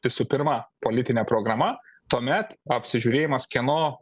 visų pirma politine programa tuomet apsižiūrėjimas kieno